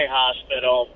hospital